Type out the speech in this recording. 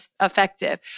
effective